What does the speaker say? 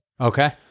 Okay